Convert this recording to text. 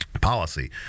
policy